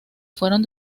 fueron